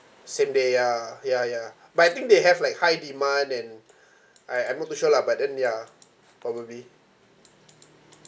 same day ya ya ya but I think they have like high demand and I I'm not to sure lah but then ya probably